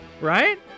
Right